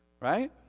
right